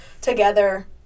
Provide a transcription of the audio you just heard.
together